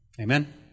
Amen